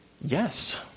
yes